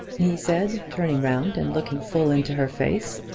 he said, turning round and looking full into her face.